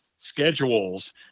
schedules